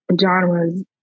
genres